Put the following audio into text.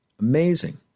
Amazing